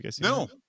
no